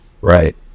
right